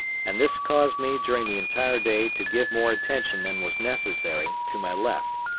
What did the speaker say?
and this caused me during the entire day to give more attention than was necessary to my left,